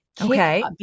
Okay